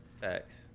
Facts